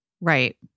Right